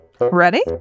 Ready